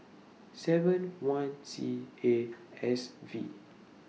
seven one C A S V